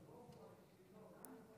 בבקשה, שלוש דקות.